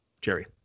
Jerry